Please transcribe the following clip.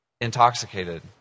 intoxicated